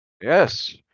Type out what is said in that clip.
Yes